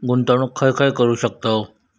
गुंतवणूक खय खय करू शकतव?